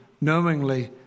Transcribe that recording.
knowingly